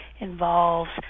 involves